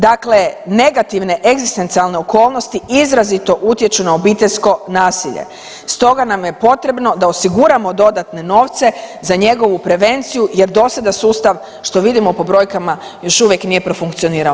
Dakle, negativne egzistencijalne okolnosti izrazito utječu na obiteljsko nasilje, stoga nam je potrebno da osiguramo dodatne novce za njegovu prevenciju jer do sada sustav što vidimo po brojkama još uvijek nije profunkcionirao.